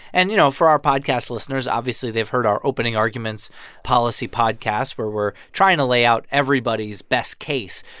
and you know, for our podcast listeners, obviously they've heard our opening arguments policy podcasts, where we're trying to lay out everybody's best case.